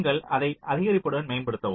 நீங்கள் அதை அதிகரிப்புடன் மேம்படுத்தவும்